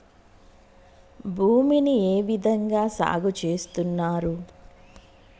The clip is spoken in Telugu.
భూమిని ఏ విధంగా సాగు చేస్తున్నారు?